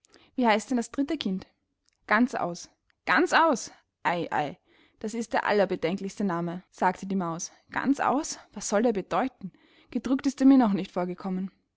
wie heißt denn das dritte kind ganzaus ganzaus ei ei das ist der allerbedenklichste namen sagte die maus ganzaus was soll der bedeuten gedruckt ist er mir noch nicht vorgekommen